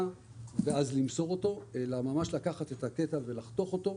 ואז למסור אותו אלא ממש לקחת קטע ולחתוך אותו,